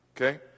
okay